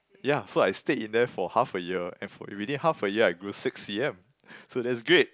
yeah so I stayed in there for half a year and for within half a year I grew six c_m so that's great